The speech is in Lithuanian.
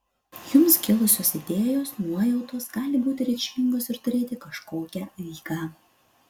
jums kilusios idėjos nuojautos gali būti reikšmingos ir turėti kažkokią eigą